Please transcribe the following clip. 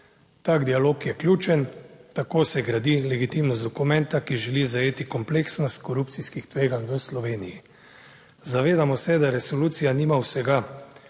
Tak dialog je ključen. Tako se gradi legitimnost dokumenta, ki želi zajeti kompleksnost korupcijskih tveganj v Sloveniji. Zavedamo se, da resolucija nima vsega,